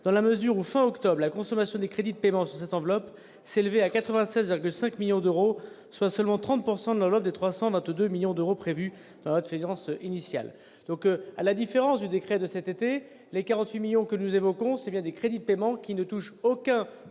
dans la mesure où, fin octobre, la consommation des crédits de paiement sur cette enveloppe s'élevait à 96,5 millions d'euros, soit seulement 30 % de l'enveloppe des 322 millions d'euros prévue en loi de finances initiale. » À la différence du décret de l'été dernier, les 48 millions d'euros que nous évoquons sont bel et bien des crédits de paiement qui ne concernent aucun